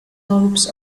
lobes